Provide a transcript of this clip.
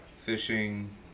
fishing